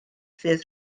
ffyrdd